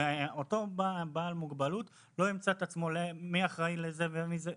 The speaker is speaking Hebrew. שאותו בעל מוגבלות לא ימצא את עצמו מחפש מי אחראי לזה ומי לזה.